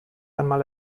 einmal